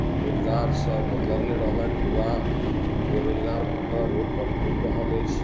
रोजगारसँ मतलब नहि रहलनि युवा बेरोजगार भऽ कऽ रोड पर घुमि रहल अछि